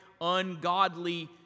ungodly